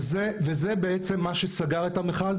וזה בעצם מה שסגר את המיכל,